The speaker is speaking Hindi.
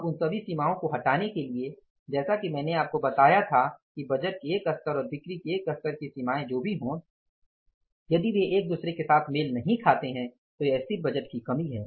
अब उन सभी सीमाओं को हटाने के लिए जैसा कि मैंने आपको बताया था कि बजट के एक स्तर और बिक्री के एक स्तर की सीमाएँ जो भी हों यदि वे एक दूसरे के साथ मेल नहीं खाते हैं तो यह स्थिर बजट की सीमा है